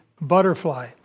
butterfly